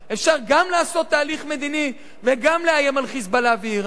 אפשר גם לעשות תהליך מדיני וגם לאיים על "חיזבאללה" ואירן.